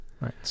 Right